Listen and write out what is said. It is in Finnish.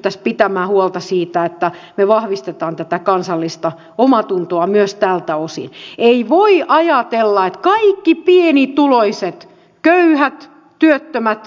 edes nolota se että jahtaatte ministeri stubbia virheellisen tiedon antamisesta juuri sellaisessa asiassa jossa itse annatte eduskunnalle virheellistä tietoa